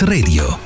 Radio